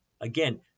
Again